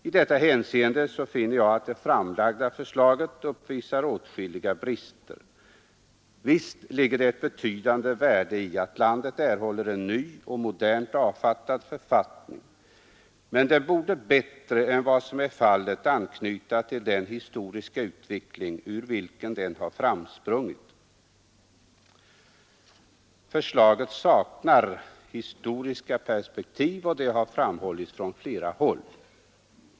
I detta avseende finner jag att det framlagda förslaget uppvisar åtskilliga brister. Visst ligger det ett betydande värde i att landet får en ny och modernt utformad författning, men den borde bättre än vad fallet är anknyta till den historiska utveckling ur vilken den har framsprungit. Förslaget saknar historiska perspektiv. Detta har redan framhållits från flera håll.